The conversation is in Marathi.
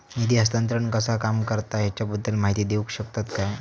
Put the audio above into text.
निधी हस्तांतरण कसा काम करता ह्याच्या बद्दल माहिती दिउक शकतात काय?